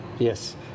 Yes